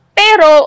pero